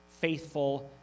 faithful